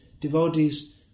devotees